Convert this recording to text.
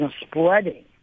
spreading